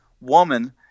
woman